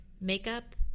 makeup